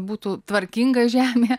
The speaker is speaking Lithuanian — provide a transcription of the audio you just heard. būtų tvarkinga žemė